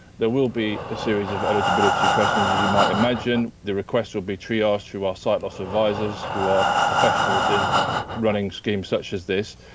there will be a series of eligibility questions as you might imagine. the requests will be triage through our sight-loss advisors, who are professionals in running schemes such as this.